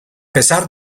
pesar